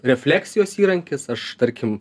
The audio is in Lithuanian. refleksijos įrankis aš tarkim